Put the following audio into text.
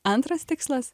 antras tikslas